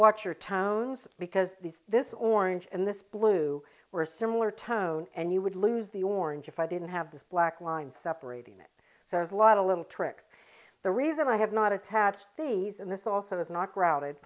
watch your towns because these this orange and this blue were similar tone and you would lose the orange if i didn't have this black line separating it so there's a lot of little tricks the reason i have not attached these and this also is not grounded